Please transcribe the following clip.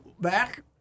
back